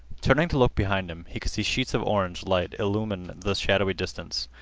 turning to look behind him, he could see sheets of orange light illumine the shadowy distance.